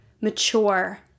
mature